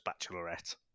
Bachelorette